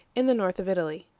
in the north of italy.